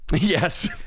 yes